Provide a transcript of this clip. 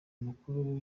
amakuru